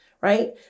right